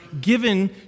given